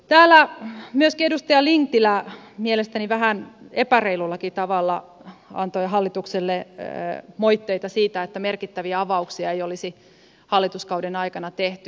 täällä myöskin edustaja lintilä mielestäni vähän epäreilullakin tavalla antoi hallitukselle moitteita siitä että merkittäviä avauksia ei olisi hallituskauden aikana tehty